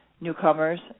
newcomers